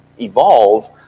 evolve